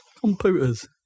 computers